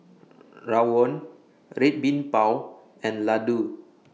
Rawon Red Bean Bao and Laddu